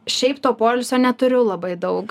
šiaip to poilsio neturiu labai daug